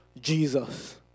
Jesus